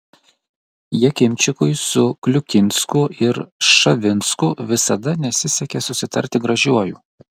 jakimčikui su kliukinsku ir ščavinsku visada nesisekė susitarti gražiuoju